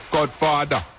Godfather